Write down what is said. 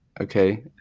okay